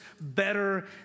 better